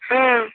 ହଁ